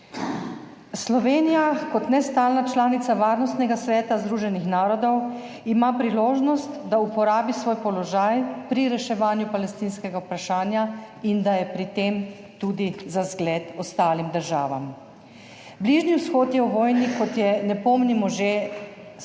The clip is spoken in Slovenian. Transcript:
Slovenija kot nestalna članica Varnostnega sveta Združenih narodov ima priložnost, da uporabi svoj položaj pri reševanju palestinskega vprašanja in da je pri tem tudi za zgled ostalim državam. Bližnji vzhod je v vojni, kot je ne pomnimo že pol